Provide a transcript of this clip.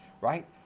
right